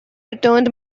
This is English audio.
returned